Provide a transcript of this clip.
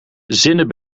zinnen